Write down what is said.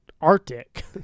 Arctic